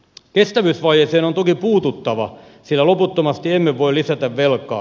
kestävyysvajeeseen on toki puututtava sillä loputtomasti emme voi lisätä velkaa